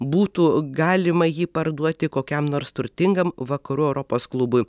būtų galima jį parduoti kokiam nors turtingam vakarų europos klubui